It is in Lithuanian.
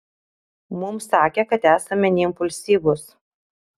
mums sakė kad esame neimpulsyvūs